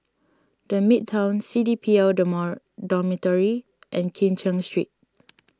the Midtown C D P L Dormitory and Kim Cheng Street